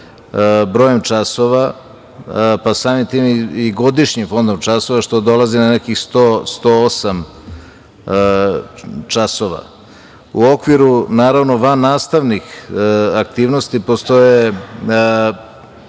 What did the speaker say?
brojem časova, pa samim tim i godišnjim fondom časova, što dolazi na nekih 100-108 časova. U okviru, naravno, vannastavnih aktivnosti postoje